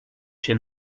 się